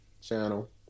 channel